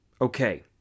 Okay